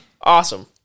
Awesome